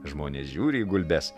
žmonės žiūri į gulbes